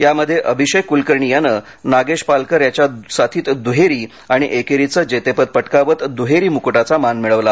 यामध्ये अभिषेक कुलकर्णी यानं नागेश पालकर याच्या साथीत दुहेरी आणि एकेरीचं जेतेपद पटकावत दुहेरी मुक्टाचा मान मिळवला